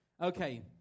Okay